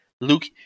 Luke